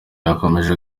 yakomeje